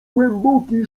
głęboki